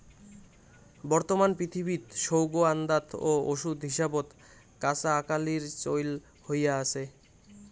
বর্তমান পৃথিবীত সৌগ আন্দাত ও ওষুধ হিসাবত কাঁচা আকালির চইল হয়া আছে